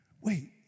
wait